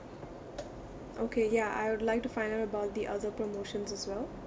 okay ya I would like to find out about the other promotions as well